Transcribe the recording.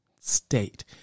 state